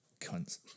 Cunts